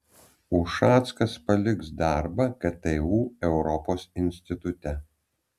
ušackas paliks darbą ktu europos institute